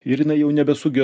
ir jinai jau nebesuge